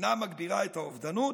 אינה מגבירה את האובדנות?